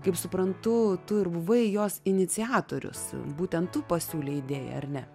kaip suprantu tu ir buvai jos iniciatorius būtent tu pasiūlei idėją ar ne